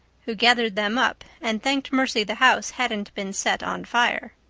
who gathered them up and thanked mercy the house hadn't been set on fire.